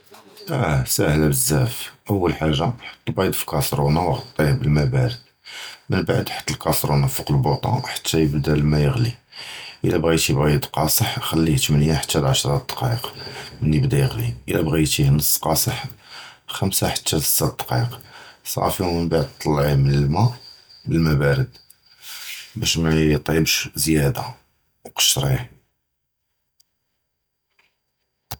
אַה, סְהֵלָּה בְּזַבַּא, אוּלָא חַאגָּה חַטּ בֵּי בְּכַּסֶּרוֹנָה וְכַּטֶּה בְּל-מַא בַּרְד, מִנְּבַּעְד כַּטּ בֵּכַּסֶּרוֹנָה עַל אֶל-בּוּטָה וְחַתָּא יִבְּדָּא אֶל-מַא יַגְלִי. אִלָּא בְּגִ'ת בֵּי קָאשְש, תְּחַתּוֹ לְתַמָנִיָה עַד עֲשָׂרָה דַּקָּאִיק מִן שִּׁבְּדּוֹ יַגְלִי. אִלָּא בְּגִ'ת נֶצְפִי חֲצִי-קָאשְש, חֲמֵשׁ עַד שֵׁשׁ דַּקָּאִיק, סַפִּי. מִנְּבַּעְד, צַלְּעִיּוּ מִן הַמַּא לַמַּא בַּרְד בְּשׁ מַא יִתְיְבָּשׁ זְיַּאדָה וְקַשְּׁרִי.